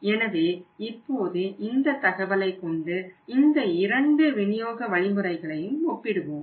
எனவே இப்போது இந்த தகவலை கொண்டு இந்த இரண்டு விநியோக வழிமுறைகளையும் ஒப்பிடுவோம்